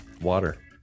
water